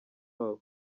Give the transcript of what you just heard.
wabo